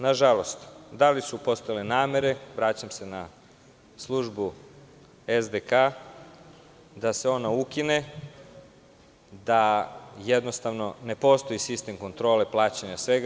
Nažalost, da li su postojale namere, vraćam se na službu SDK da se ona ukine, da jednostavno ne postoji sistem kontrole plaćanja sveta.